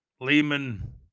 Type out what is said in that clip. Lehman